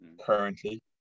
currently